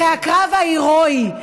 אחרי הקרב ההירואי,